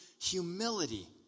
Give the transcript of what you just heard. Humility